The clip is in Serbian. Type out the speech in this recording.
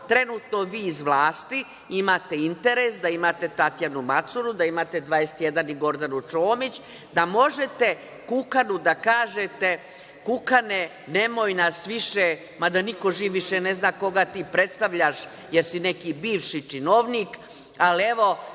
Trenutno vi iz vlati imate interes da imate Tatjanu Macuru, da imate 21 i Gordanu Čomić, da možete Kukanu da kažete – Kukane, nemoj nas više, mada niko živ više ne zna koga ti predstavljaš jer si neki bivši činovnik, ali evo,